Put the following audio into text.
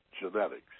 genetics